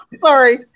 Sorry